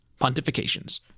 pontifications